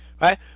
Right